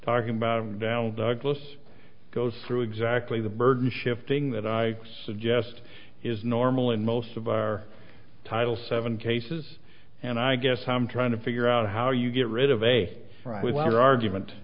talking about val douglas goes through exactly the burden shifting that i suggest is normal in most of our title seven cases and i guess i'm trying to figure out how you get rid of a wider argument